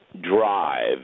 drive